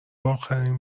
اخرین